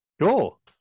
Cool